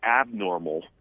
abnormal